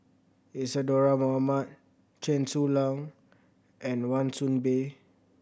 Isadhora Mohamed Chen Su Lan and Wan Soon Bee